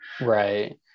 Right